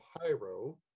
Pyro